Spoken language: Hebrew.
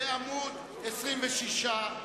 בעמוד 26,